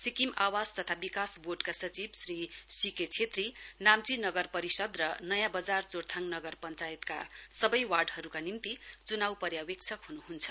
सिक्किम आवास तथा विकास बोर्डका सचिव श्री सीके छेत्री नाम्ची नगर परिषद नयाँ बजार जोरथाङ नगर पञ्चायतका सबै वार्डहरूका निम्ति चुनाउ पर्यावेक्षक हुनुहुन्छ